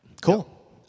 Cool